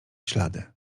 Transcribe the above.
ślady